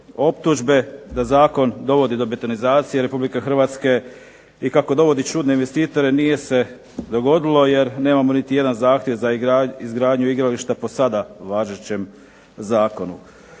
Optužbe da zakon dovodi do betonizacije RH i kako dovodi čudne investitore nije se dogodilo jer nemamo niti jedan zahtjev za izgradnju igrališta po sada važećem zakonu.